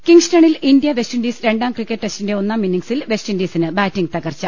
കിങ്സ്റ്റണിൽ India West ഇൻഡീസ് രണ്ടാം cricket ടെസ്റ്റിന്റെ ഒന്നാം ഇന്നിങ്സിൽ വെസ്റ്റ് ഇൻഡീസിന് ബാറ്റിങ് തകർച്ച്